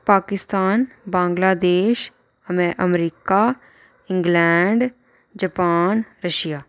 Pakistan Bangladesh America England Japan Russia